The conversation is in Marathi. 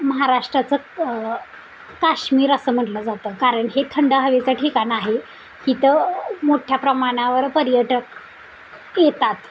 महाराष्ट्राचं काश्मीर असं म्हटलं जातं कारण हे थंड हवेचं ठिकाण आहे इथं मोठ्या प्रमाणावर पर्यटक येतात